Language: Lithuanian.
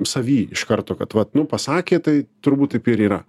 savy iš karto kad vat nu pasakė tai turbūt taip ir yra